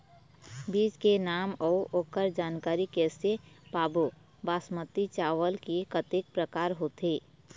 बीज के नाम अऊ ओकर जानकारी कैसे पाबो बासमती चावल के कतेक प्रकार होथे?